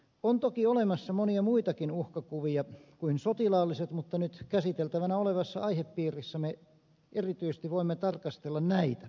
on toki olemassa monia muitakin uhkakuvia kuin sotilaalliset mutta nyt käsiteltävänä olevassa aihepiirissä me erityisesti voimme tarkastella näitä